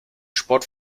sport